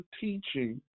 teaching